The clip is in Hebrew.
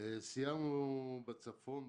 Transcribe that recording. בשבוע שעבר סיירנו בצפון,